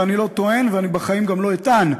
אני לא טוען ואני גם בחיים לא אטען.